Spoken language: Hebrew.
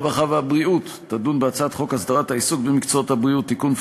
הרווחה והבריאות תדון בהצעת חוק הסדרת העיסוק במקצועות הבריאות (תיקון,